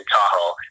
Tahoe